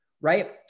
right